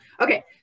Okay